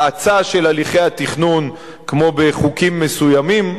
האצה של הליכי התכנון כמו בחוקים מסוימים,